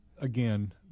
again